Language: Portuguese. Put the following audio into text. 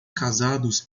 casados